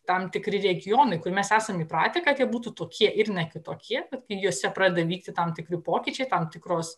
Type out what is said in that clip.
tam tikri regionai kur mes esam įpratę kad jie būtų tokie ir ne kitokie bet kai juose pradeda vykti tam tikri pokyčiai tam tikros